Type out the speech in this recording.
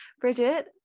Bridget